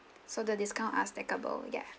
so the discount are stackable ya